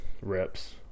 reps